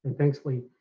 thanks lee.